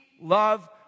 love